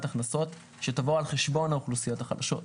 הכנסות שתבוא על חשבון האוכלוסיות החלשות.